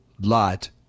lot